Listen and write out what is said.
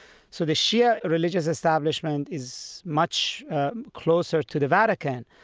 so the shia religious establishment is much closer to the vatican,